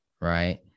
right